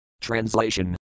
Translation